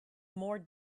more